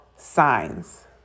Signs